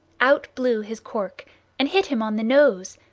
out blew his cork and hit him on the nose,